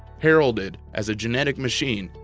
heralded as a genetic machine,